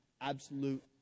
absolute